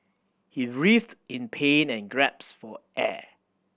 he writhed in pain and gasped for air